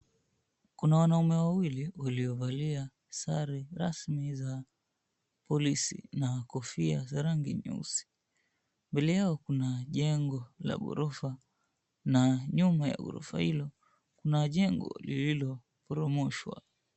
Kuna wanaume wawili waliovalia sare rasmi za polisi, na kofia za rangi nyeusi. Mbele yao kuna nyuma ya ghorofa, na nyuma ya ghorofa hilo kuna jengo lililoporomoshwa.